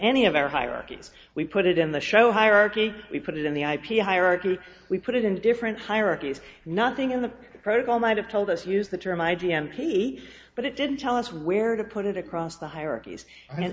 any of our hierarchies we put it in the show hierarchy we put it in the ip hierarchy we put it in different hierarchies nothing in the protocol might have told us use the term i d m key but it didn't tell us where to put it across the hierarchies and